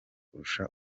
kurusha